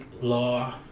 law